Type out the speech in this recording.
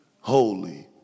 holy